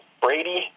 Brady